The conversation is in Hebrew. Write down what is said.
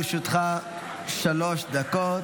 לרשותך שלוש דקות.